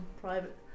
private